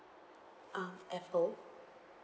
um apple